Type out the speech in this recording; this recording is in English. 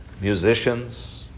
musicians